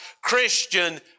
Christian